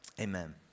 amen